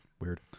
Weird